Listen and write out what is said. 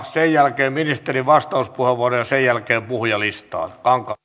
sen jälkeen on ministerin vastauspuheenvuoro ja sen jälkeen mennään puhujalistaan